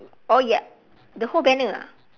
oh ya the whole banner ah